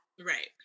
Right